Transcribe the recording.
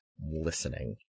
listening